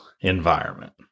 environment